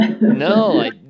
No